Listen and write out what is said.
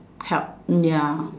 help ya